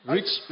Rich